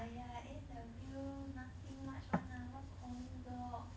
!aiya! A&W nothing much one lah what coney dog